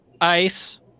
ice